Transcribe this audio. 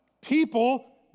people